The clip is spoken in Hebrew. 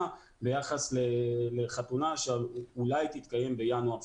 ביחס לחתונה שאולי תתקיים בינואר פברואר.